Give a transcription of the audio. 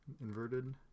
inverted